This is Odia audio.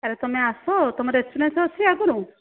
ଆରେ ତୁମେ ଆସ ତୁମର ଏକ୍ସପିରିଏନ୍ସ ଅଛି ଆଗରୁ